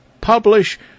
publish